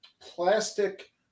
plastic